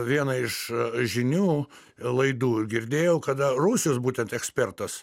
vieną iš žinių laidų girdėjau kada rusijos būtent ekspertas